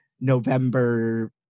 November